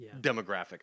demographic